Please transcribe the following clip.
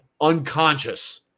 unconscious